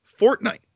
Fortnite